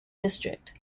district